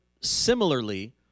similarly